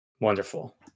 Wonderful